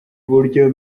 buryo